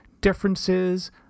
differences